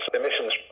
emissions